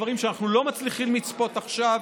דברים שאנחנו לא מצליחים לצפות עכשיו,